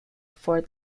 for